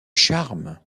charmes